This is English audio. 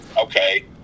okay